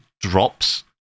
drops